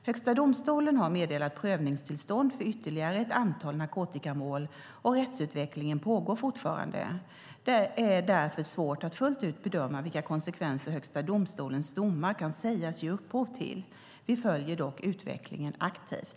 Högsta domstolen har meddelat prövningstillstånd för ytterligare ett antal narkotikamål, och rättsutvecklingen pågår fortfarande. Det är därför svårt att fullt ut bedöma vilka konsekvenser Högsta domstolens domar kan sägas ge upphov till. Vi följer dock utvecklingen aktivt.